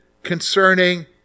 concerning